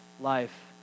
life